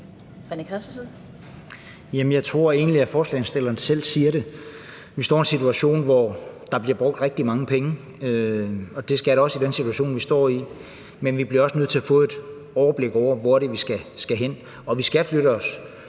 jeg tror egentlig, at ordføreren for forslagsstillerne selv siger det. Vi står i en situation, hvor der bliver brugt rigtig mange penge, og det skal der også i den situation, vi står i. Men vi bliver også nødt til at få et overblik over, hvor det er, vi skal hen. Og vi skal flytte os,